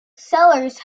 sellers